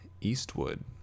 Eastwood